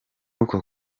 uko